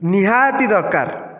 ନିହାତି ଦରକାର